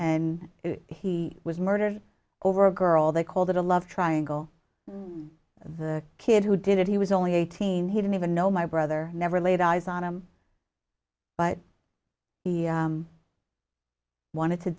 if he was murdered over a girl they called it a love triangle the kid who did it he was only eighteen he didn't even know my brother never laid eyes on him but he wanted to